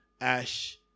Ash